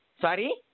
Sorry